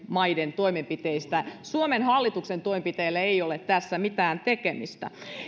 maiden toimenpiteistä suomen hallituksen toimenpiteillä ei ole tässä mitään tekemistä